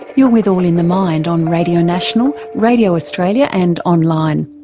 you're with all in the mind on radio national, radio australia and online,